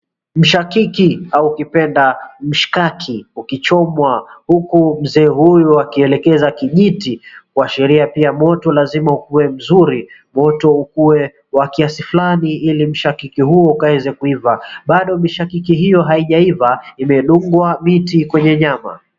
Mshakiki au ukipenda mshikaki ukichomwa huku mzee huyu akielekeza kijiti, kuashiria pia moto lazima uwe mzuri. Moto ukuwe wa kiasi fulani ili mshakiki huu ukaweze kuiva bado mishakiki hiyo haijaiva imedungwa miti kwenye nyama.